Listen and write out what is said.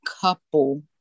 couple